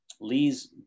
Lee's